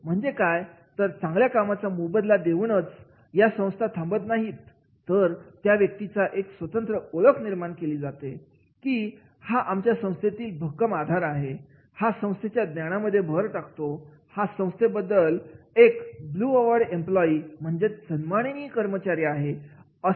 म्हणजे काय तर चांगल्या कामाचा मोबदला देऊनच या संस्था थांबत नाहीत तर त्या व्यक्तीची एक स्वतंत्र ओळख निर्माण केली जाते की हा आमच्या संस्थेचा भक्कम आधार आहे हा संस्थेच्या ज्ञानामध्ये भर टाकतो हा संस्थेमधील एक ब्लू आइड एम्पलोयी म्हणजे सन्माननीय कर्मचारी आहे आहे